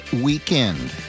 weekend